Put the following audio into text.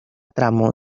tramo